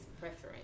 preference